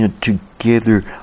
together